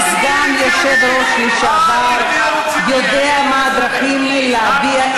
של חבר הכנסת מיקי לוי.